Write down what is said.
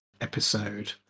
episode